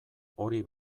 hori